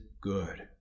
good